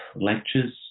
lectures